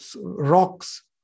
rocks